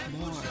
more